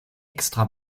extra